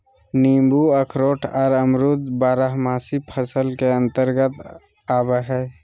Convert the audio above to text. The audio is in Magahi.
नींबू अखरोट आर अमरूद बारहमासी फसल के अंतर्गत आवय हय